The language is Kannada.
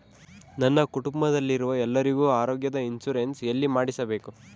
ನನ್ನ ಕುಟುಂಬದಲ್ಲಿರುವ ಎಲ್ಲರಿಗೂ ಆರೋಗ್ಯದ ಇನ್ಶೂರೆನ್ಸ್ ಎಲ್ಲಿ ಮಾಡಿಸಬೇಕು?